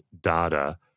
data